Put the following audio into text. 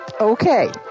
Okay